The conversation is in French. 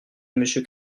monsieur